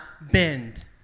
bend